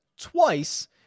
twice